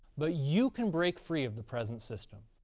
but you can break free of the present system.